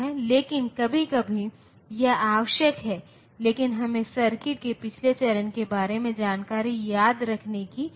इसी प्रकार मैं कह सकता हूं कि y5 से अधिक या बराबर होना चाहिए